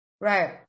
right